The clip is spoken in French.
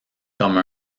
comme